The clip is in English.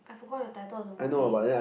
forgot the title of the movie